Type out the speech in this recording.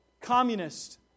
communist